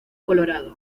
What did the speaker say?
colorado